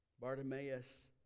Bartimaeus